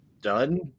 done